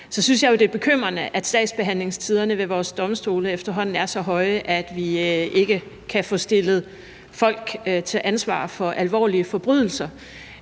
synes jeg det er bekymrende, at sagsbehandlingstiderne ved vores domstole efterhånden er så lange, at vi ikke kan få stillet folk til ansvar for alvorlige forbrydelser.